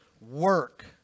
work